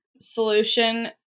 solution